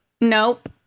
Nope